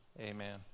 amen